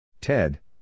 Ted